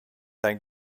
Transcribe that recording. dein